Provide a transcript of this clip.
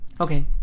okay